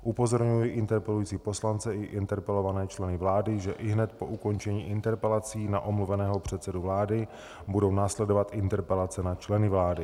Upozorňuji interpelující poslance i interpelované členy vlády, že ihned po ukončení interpelací na omluveného předsedu vlády budou následovat interpelace na členy vlády.